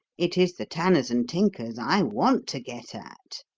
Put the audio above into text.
it is the tanners and tinkers i want to get at.